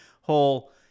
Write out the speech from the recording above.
whole